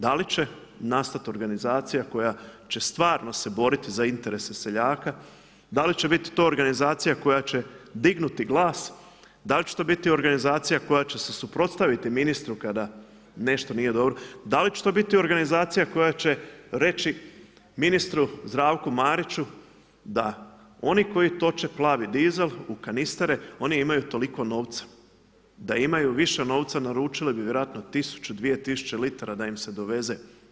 Da li će nastati organizacija koja će stvarno se boriti za interese seljaka, da li će biti to organizacija koja će dignuti glas, da li će to biti organizacija koja će se suprotstaviti ministru kada nešto nije dobro, da li će to biti organizacija koja će reći ministru Zdravku Mariću da oni koji toče plavi dizel u kanistere oni imaju toliko novca, da imaju više novca naručili bi vjerojatno 1000, 2000 litara da im se doveze?